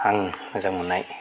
आं मोजां मोननाय